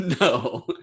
no